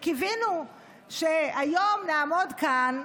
וקיווינו שהיום נעמוד כאן,